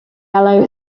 yellow